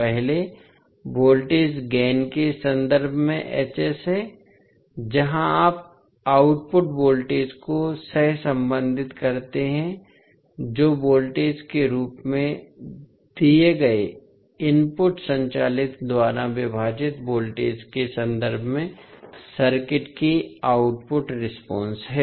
पहले voltage gain के संदर्भ में है जहां आप आउटपुट वोल्टेज को सहसंबंधित करते हैं जो वोल्टेज के रूप में दिए गए इनपुट संचालित द्वारा विभाजित वोल्टेज के संदर्भ में सर्किट की आउटपुट रेस्पॉन्स है